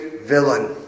villain